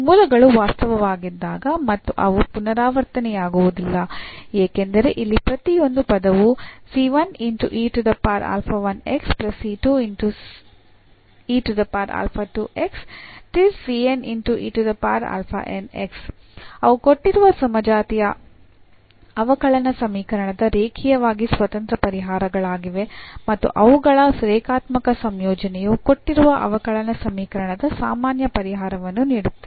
ಇಲ್ಲಿ ಮೂಲಗಳು ವಾಸ್ತವವಾಗಿದ್ದಾಗ ಮತ್ತು ಅವು ಪುನರಾವರ್ತನೆಯಾಗುವುದಿಲ್ಲ ಏಕೆಂದರೆ ಇಲ್ಲಿ ಪ್ರತಿಯೊಂದು ಪದವೂ ಅವು ಕೊಟ್ಟಿರುವ ಸಮಜಾತೀಯ ಅವಕಲನ ಸಮೀಕರಣದ ರೇಖೀಯವಾಗಿ ಸ್ವತಂತ್ರ ಪರಿಹಾರಗಳಾಗಿವೆ ಮತ್ತು ಅವುಗಳ ರೇಖಾತ್ಮಕ ಸಂಯೋಜನೆಯು ಕೊಟ್ಟಿರುವ ಅವಕಲನ ಸಮೀಕರಣದ ಸಾಮಾನ್ಯ ಪರಿಹಾರವನ್ನು ನೀಡುತ್ತದೆ